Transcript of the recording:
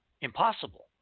impossible